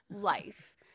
Life